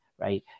right